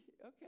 okay